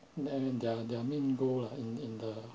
and their their main goal lah in in the